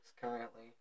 currently